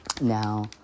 now